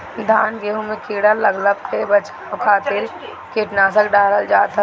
धान गेंहू में कीड़ा लागला पे बचाव खातिर कीटनाशक डालल जात हवे